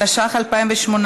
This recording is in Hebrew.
התשע"ח 2018,